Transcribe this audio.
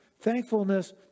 Thankfulness